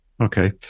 Okay